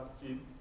team